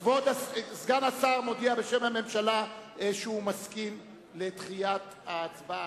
סגן השר מודיע בשם הממשלה שהוא מסכים לדחיית ההצבעה.